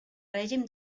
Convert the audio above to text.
règim